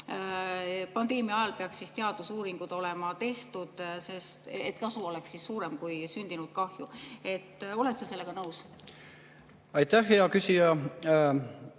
pandeemia ajal peaks teadusuuringud olema tehtud, et kasu oleks suurem kui sündinud kahju. Oled sa sellega nõus? Aitäh, hea küsija!